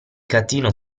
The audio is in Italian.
catino